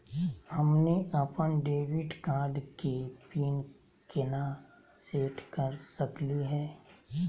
हमनी अपन debit card के पीन केना सेट कर सकली हे?